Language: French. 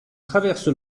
traverse